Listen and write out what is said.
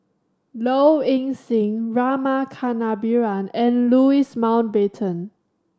Low Ing Sing Rama Kannabiran and Louis Mountbatten